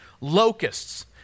Locusts